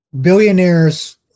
billionaires